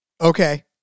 Okay